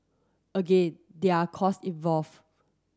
again there are cost involve